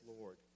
Lord